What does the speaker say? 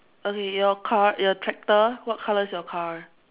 okay your car your tractor what color is your car